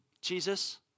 Jesus